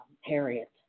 Harriet